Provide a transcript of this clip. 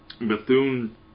Bethune